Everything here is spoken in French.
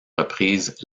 reprises